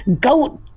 goat